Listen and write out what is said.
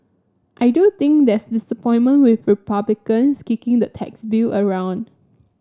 I do think there's disappointment with Republicans kicking the tax bill around